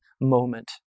moment